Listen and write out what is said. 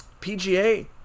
PGA